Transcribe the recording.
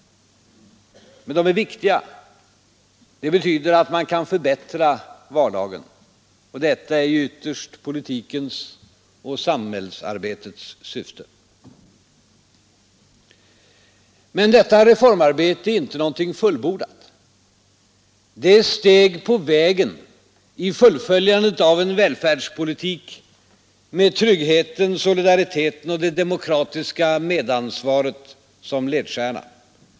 Men de är viktiga. De betyder att man kan förbättra vardagen. Och detta är ju ytterst politikens och samhällsarbetets syfte. Men detta reformarbete är inte något fullbordat. Det är ett steg på och det demokratiska medansvaret som ledstjärna.